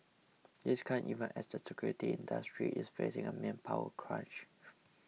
this comes even as the security industry is facing a manpower crunch